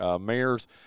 mayors